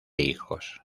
hijos